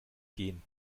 gehen